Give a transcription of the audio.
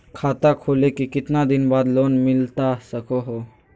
खाता खोले के कितना दिन बाद लोन मिलता सको है?